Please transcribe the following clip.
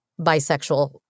bisexual